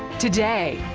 today.